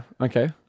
Okay